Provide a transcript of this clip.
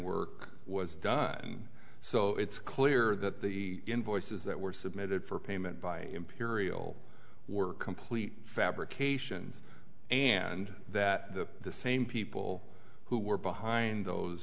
work was done so it's clear that the invoices that were submitted for payment by imperial were complete fabrications and that the same people who were behind those